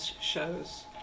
shows